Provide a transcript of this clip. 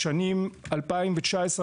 בשנים 2019,